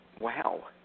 Wow